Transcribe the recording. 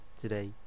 today